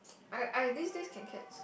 okay I this this can catch